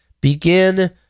Begin